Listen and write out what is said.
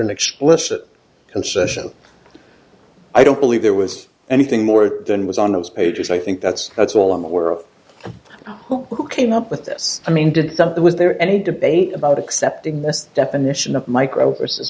an explicit concession i don't believe there was anything more than was on those pages i think that's that's all i'm aware of who came up with this i mean did something was there any debate about accepting this definition of micro versus